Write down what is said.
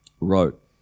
wrote